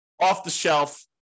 off-the-shelf